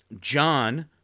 John